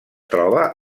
troba